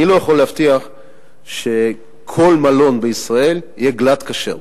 אני לא יכול להבטיח שכל מלון בישראל יהיה "גלאט כשר".